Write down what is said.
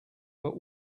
but